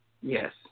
Yes